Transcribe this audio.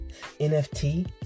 NFT